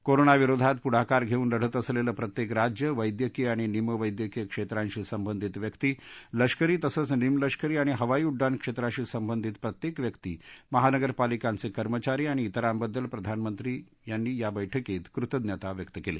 कोरोनाराविरोधात पुढाकार घस्तिन लढत असलघीप्रत्यक्तिराज्य वैद्यकीय आणि निम वैद्यकीय क्षप्रशी संबंधित व्यक्ती लष्करी तसंच निम लष्करी आणि हवाई उड्डाण क्षप्रशी संबंधित प्रत्यक्त व्यक्ती महानगरपालिकांचक्रिमचारी आणि इतरांबद्दल प्रधानमंत्री यांनी या बैठकीत कृतज्ञता व्यक्त कल्ली